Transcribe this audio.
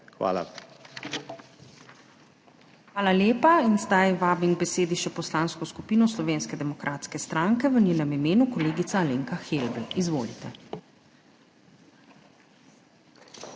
Hvala lepa. Zdaj vabim k besedi še Poslansko skupino Slovenske demokratske stranke, v njenem imenu kolegica Alenka Helbl. Izvolite.